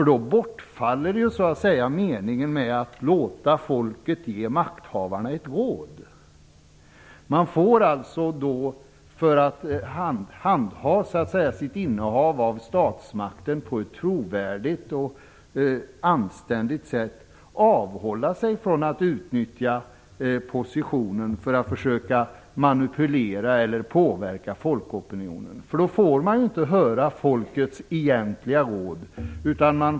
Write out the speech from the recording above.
Då bortfaller ju så att säga meningen med att låta folket ge makthavarna ett råd. Man får då, för att så att säga handha sitt innehav av statsmakten på ett trovärdigt och anständigt sätt, avhålla sig från att utnyttja positionen till att försöka manipulera eller påverka folkopinionen. Annars får man ju inte höra folkets egentliga råd.